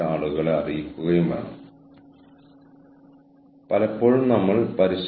ഈ മോഡലിന്റെ ഒരു ഭാഗം ഞാൻ ഇവിടെ പുനഃസൃഷ്ടിക്കാൻ ശ്രമിച്ചു